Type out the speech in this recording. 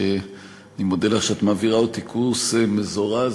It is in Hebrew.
שאני מודה שאת מעבירה אותי קורס מזורז